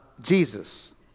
Jesus